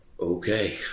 okay